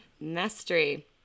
mastery